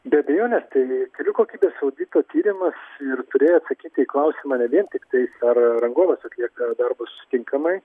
be abejonės tai kelių kokybės audito tyrimas ir turėjo atsakyti į klausimą ne vien tiktai ar rangovas atlieka darbus tinkamai